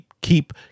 keep